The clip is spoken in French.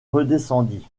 redescendit